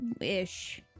ish